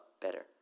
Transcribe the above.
better